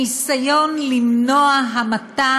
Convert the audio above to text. ניסיון למנוע המתה